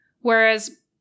Whereas